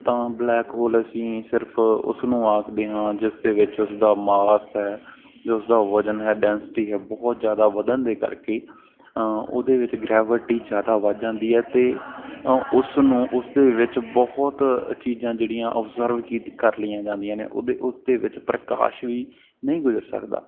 ਤਾਂ black hole ਅਸੀਂ ਸਿਰਫ਼ ਉਸਨੂੰ ਆਖਦੇ ਹਾਂ ਜਿਸ ਦੇ ਵਿੱਚ ਉਸਦਾ ਮਾਸ ਹੈ ਜੋ ਉਸਦਾ ਵਜਨ ਹੈ ਡੈਂਸਟੀ ਹੈ ਬਹੁਤ ਜ਼ਿਆਦਾ ਵਧਣ ਦੇ ਕਰਕੇ ਉਹਦੇ ਵਿੱਚ ਗ੍ਰੈਵਿਟੀ ਜ਼ਿਆਦਾ ਵੱਧ ਜਾਂਦੀ ਹੈ ਅਤੇ ਉਸ ਨੂੰ ਉਸ ਦੇ ਵਿੱਚ ਬਹੁਤ ਚੀਜ਼ਾਂ ਜਿਹੜੀਆਂ ਓਬਜਰਵ ਕੀਤ ਕਰ ਲਈਆਂ ਜਾਂਦੀਆਂ ਨੇ ਉਹਦੇ ਉਸ ਦੇ ਵਿੱਚ ਪ੍ਰਕਾਸ਼ ਵੀ ਨਹੀਂ ਗੁਜਰ ਸਕਦਾ